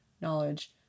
knowledge